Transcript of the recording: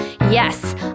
Yes